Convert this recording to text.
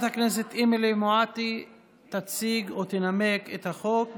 חברת הכנסת אמילי מואטי תציג או תנמק את החוק.